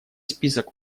список